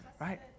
right